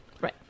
Right